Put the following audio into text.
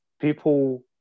people